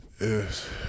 Yes